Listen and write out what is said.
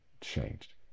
changed